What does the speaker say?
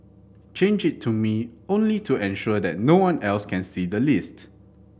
change it to me only to ensure that no one else can see the list